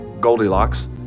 Goldilocks